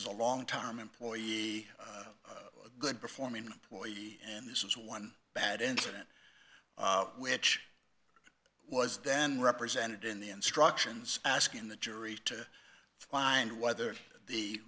is a long term employee good performing poorly and this is one bad incident which was then represented in the instructions asking the jury to find whether the